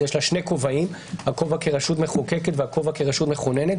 יש לה שני כובעים - הכובע כרשות מחוקקת וזה כרשות מכוננת.